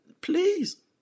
please